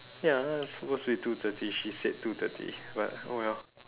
ya suppose to be two thirty she said two thirty but oh well